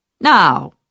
Now